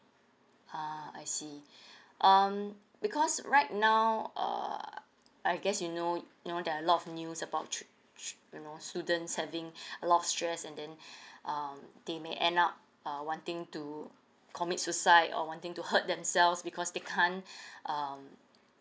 ha I see um because right now uh I guess you know you know there are a lot of news about t~ t~ you know students having a lot of stress and then um they may end up uh wanting to commit suicide or wanting to hurt themselves because they can't um